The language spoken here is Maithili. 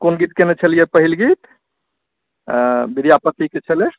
कोनो गीत कयने छलियै पहिल गीत विद्यापतिके छलै